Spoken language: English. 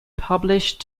published